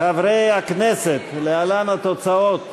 חברי הכנסת, להלן התוצאות: